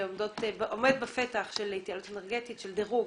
שעומד בפתח של התייעלות אנרגטית, של דירוג,